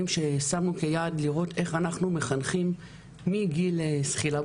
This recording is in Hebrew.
ששמנו כיעד לראות איך אנחנו מחנכים מגיל זחילה,